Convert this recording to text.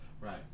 Right